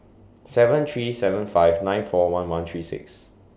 seven three seven five nine four one one three six